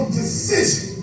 decision